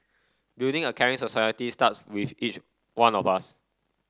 building a caring society starts with each one of us